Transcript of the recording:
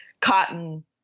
cotton